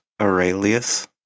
Aurelius